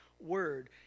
word